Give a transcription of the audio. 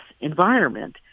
environment